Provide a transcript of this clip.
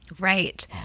Right